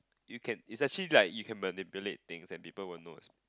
you can it's actually like you can manipulate things that people would knows